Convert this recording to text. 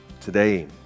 today